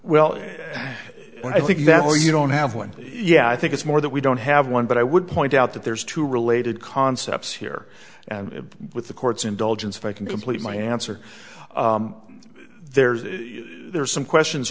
well when i think that where you don't have one yeah i think it's more that we don't have one but i would point out that there's two related concepts here and with the court's indulgence if i can complete my answer there's a there's some questions